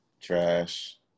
trash